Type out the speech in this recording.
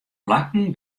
plakken